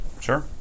Sure